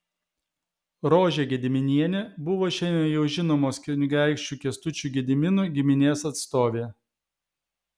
rožė gediminienė buvo šiandien jau žinomos kunigaikščių kęstučių gediminų giminės atstovė